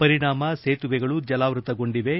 ಪರಿಣಾಮ ಸೇತುವೆಗಳು ಜಲಾವ್ಯತಗೊಂಡಿವೆ